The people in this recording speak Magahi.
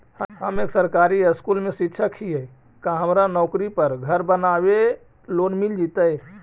हम एक सरकारी स्कूल में शिक्षक हियै का हमरा नौकरी पर घर बनाबे लोन मिल जितै?